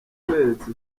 yatweretse